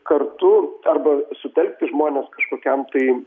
kartu arba sutelkti žmones kažkokiam tai